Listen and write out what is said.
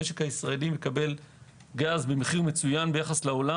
המשק הישראלי מקבל גז במחיר מצוין ביחס לעולם.